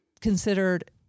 considered